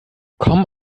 kommen